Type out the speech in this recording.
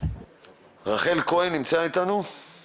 נעבור בבקשה לד"ר אתי ליבמן ממשרד המשפטים.